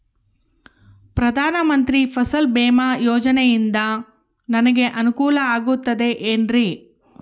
ಪ್ರಧಾನ ಮಂತ್ರಿ ಫಸಲ್ ಭೇಮಾ ಯೋಜನೆಯಿಂದ ನನಗೆ ಅನುಕೂಲ ಆಗುತ್ತದೆ ಎನ್ರಿ?